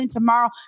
tomorrow